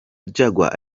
jaguar